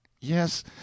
Yes